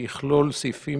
ההסדר יכלול סעיפים